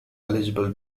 eligible